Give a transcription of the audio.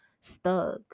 stuck